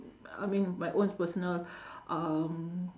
I mean my own personal um